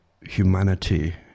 humanity